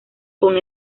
con